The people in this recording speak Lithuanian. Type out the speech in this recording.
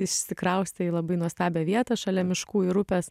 išsikraustė į labai nuostabią vietą šalia miškų ir upės